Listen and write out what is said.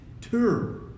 tour